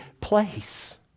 place